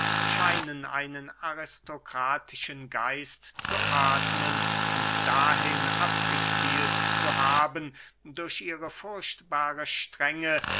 scheinen einen aristokratischen geist zu athmen und dahin abgezielt zu haben durch ihre furchtbare strenge